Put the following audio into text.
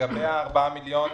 לגבי ה-4 מיליון,